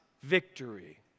victory